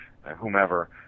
whomever